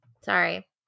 Sorry